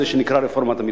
זה שנקרא רפורמת המרפסות.